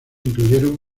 incluyeron